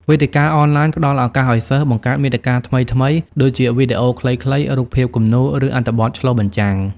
វេទិកាអនឡាញផ្ដល់ឱកាសឲ្យសិស្ស បង្កើតមាតិកាថ្មីៗ ដូចជាវីដេអូខ្លីៗ រូបភាពគំនូរ ឬអត្ថបទឆ្លុះបញ្ចាំង។